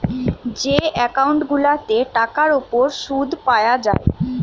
যে একউন্ট গুলাতে টাকার উপর শুদ পায়া যায়